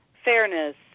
fairness